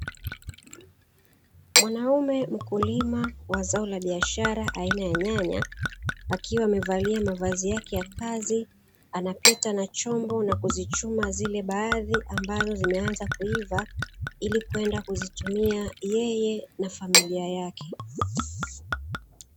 Mwanaume mkulima wa zao la biashara aina ya nyanya, akiwa amevalia mavazi yake ya kazi, anapita na chombo na kuzichuma zile baadhi ambazo zimeanza kuiva, ili kwenda kuzitumia yeye na familia yake.